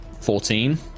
fourteen